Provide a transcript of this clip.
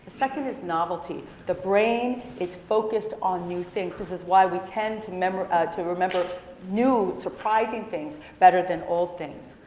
second is novelty the brain is focused on new things. this is why we tend to remember to remember new surprising things better than old things.